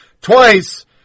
twice